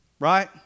right